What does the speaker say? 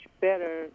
better